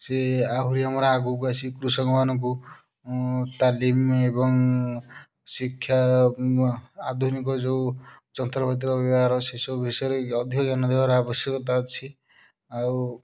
ସେ ଆହୁରି ଆମର ଆଗକୁ ଆସିକି କୃଷକମାନଙ୍କୁ ତାଲିମ୍ ଏବଂ ଶିକ୍ଷା ଆଧୁନିକ ଯୋଉ ଯନ୍ତ୍ରପାତିର ବେବହାର ସେସବୁ ବିଷୟରେ ଅଧିକ ଜ୍ଞାନ ଦେବାର ଆବଶ୍ୟକତା ଅଛି ଆଉ